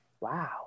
Wow